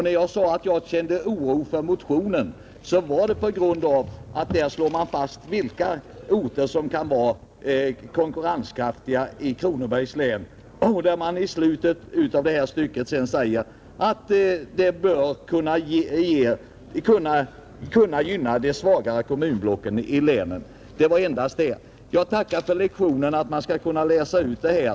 När jag sade att jag kände oro för motionen var det på grund av att man där anger vilka orter i Kronobergs län som kan vara konkurrenskraf tiga och att man i slutet av samma stycke säger att det ”bör kunna gynna de svagaste kommunblocken inom länet”. Jag tackar för lektionen i hur man skall kunna läsa ut det här.